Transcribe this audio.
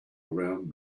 around